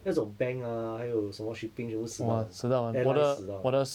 那种 bank ah 还有什么 shipping 全部死到完 airline 死到完